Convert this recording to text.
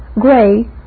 Gray